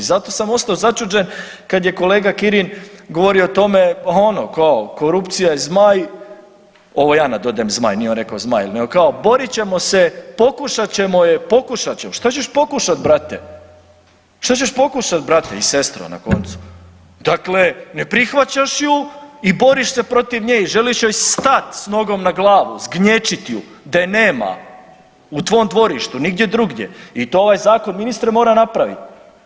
I zato sam ostao začuđen kad je kolega Kirin govorio o tome ono ko korupcija je zmaj, ovo ja nadodajem zmaj, nije on rekao zmaj, nego kao borit ćemo se, pokušat ćemo je, pokušat ćemo, šta ćeš pokušat brate, šta ćeš pokušat brate i sestro na koncu, dakle ne prihvaćaš ju i boriš se protiv nje i želiš joj stat s nogom na glavu, zgnječit ju da je nema u tvom dvorištu nigdje drugdje i to ovaj zakon ministre mora napravit.